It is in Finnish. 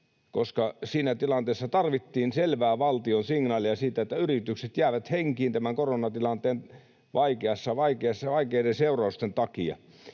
koska siinä tilanteessa tarvittiin selvää valtion signaalia, että yritykset jäävät henkiin tämän koronatilanteen vaikeiden seurausten takia.